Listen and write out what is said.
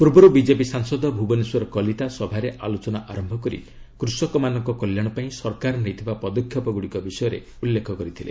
ପୂର୍ବରୁ ବିଜେପି ସାଂସଦ ଭୁବନେଶ୍ୱର କଲିତା ସଭାରେ ଆଲୋଚନା ଆରମ୍ଭ କରି କୃଷକମାନଙ୍କ କଲ୍ୟାଣ ପାଇଁ ସରକାର ନେଇଥିବା ପଦକ୍ଷେପଗୁଡ଼ିକ ବିଷୟରେ ଉଲ୍ଲେଖ କରିଥିଲେ